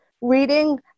reading